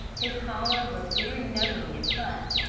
his collar was very knowing in cut,